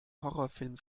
horrorfilm